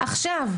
עכשיו,